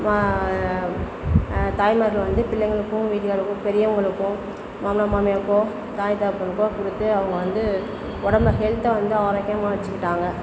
தாய்மார்கள் வந்து பிள்ளைங்களுக்கும் வீட்டுகாரவங்களும் பெரியவங்களுக்கும் மாமனார் மாமியாருக்கும் தாய் தகப்பனுக்கோ அவங்க வந்து கொடுத்து உடம்ப ஹெல்தை வந்து ஆரோக்கியமாக வச்சுக்கிட்டாங்க